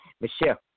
Michelle